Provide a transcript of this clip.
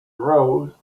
rose